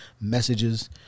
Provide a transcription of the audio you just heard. messages